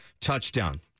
touchdown